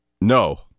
No